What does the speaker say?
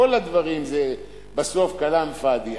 כל הדברים זה בסוף כלאם פאד'י,